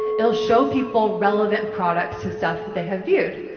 it'll show people relevant products to stuff they have viewed.